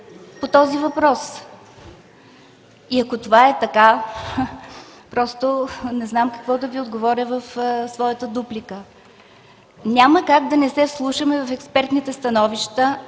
по този въпрос. Ако това е така, просто не знам какво да Ви отговоря в своята дуплика. Няма как да не се вслушаме в експертните становища